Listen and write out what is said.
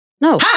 No